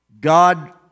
God